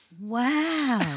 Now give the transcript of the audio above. Wow